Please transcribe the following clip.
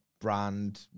brand